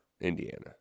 Indiana